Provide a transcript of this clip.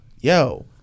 Yo